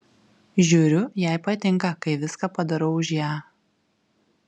žiūriu jai patinka kai viską padarau už ją